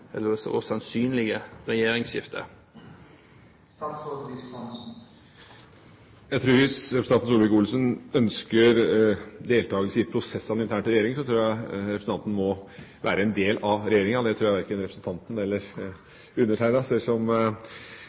og sannsynlige regjeringsskifter? Hvis representanten Solvik-Olsen ønsker deltakelse i prosessene internt i regjeringa, tror jeg representanten må være en del av regjeringa. Det tror jeg verken representanten eller undertegnede